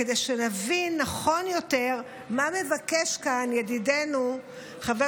כדי שנבין נכון יותר מה מבקש כאן ידידנו חבר